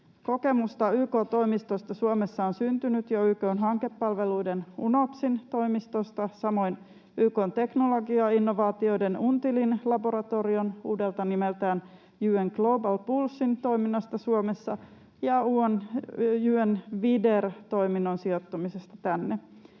Kokemusta YK-toimistosta Suomessa on syntynyt jo YK:n hankepalveluiden UNOPSin toimistosta, samoin YK:n teknologiainnovaatioiden UNTILin laboratorion, uudelta nimeltään UN Global Pulse, toiminnasta Suomessa ja UNU-WIDER toiminnan sijoittumisesta tänne.